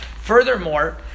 Furthermore